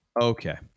Okay